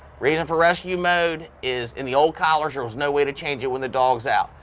reason for rescue mode is in the old collars there was no way to change it when the dogs out.